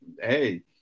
Hey